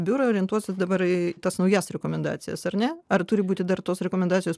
biurai orientuosis dabar į tas naujas rekomendacijas ar ne ar turi būti dar tos rekomendacijos